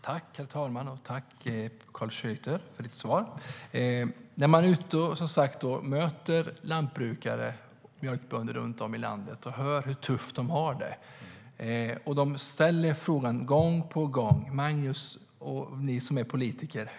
Herr talman! Tack, Carl Schlyter, för ditt svar! Jag är som sagt ute och möter lantbrukare, mjölkbönder, runt om i landet och hör hur tufft de har det. De ställer frågan gång på gång: Magnus och ni andra som är politiker!